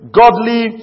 godly